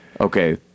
okay